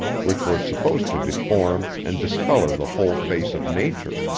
which were supposed to deform and discolor the whole face of nature,